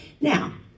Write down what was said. Now